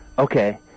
Okay